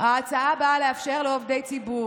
החלטות הנוגעות להענקת זכויות לתורם בלבד,